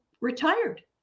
retired